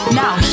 now